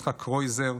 יצחק קרויזר,